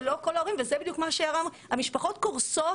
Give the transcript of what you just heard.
המשפחות קורסות